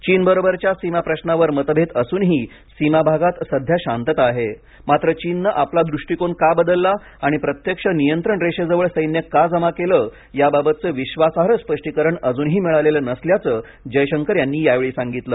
चीनबरोबरच्या सीमाप्रशावर मतभेद असूनही सीमाभागात सध्या शांतता आहे मात्र चीननं आपला दृष्टीकोन का बदलला आणि प्रत्यक्ष नियंत्रण रेषेजवळ सैन्य का जमा केलं याबाबतचं विश्वासार्ह स्पष्टीकरण अजूनही मिळालेलं नसल्याचं जयशंकर यांनी यावेळी सांगितलं